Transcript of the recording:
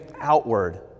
outward